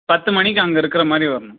பத்து மணிக்கு அங்கே இருக்குறமாதிரி வரணும்